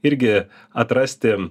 irgi atrasti